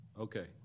Okay